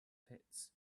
pits